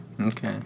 Okay